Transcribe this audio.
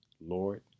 Lord